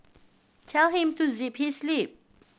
tell him to zip his lip